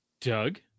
Doug